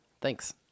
Thanks